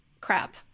crap